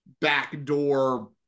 backdoor